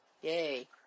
Yay